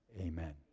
amen